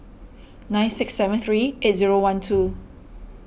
nine six seven three eight zero one two